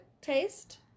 taste